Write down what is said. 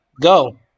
Go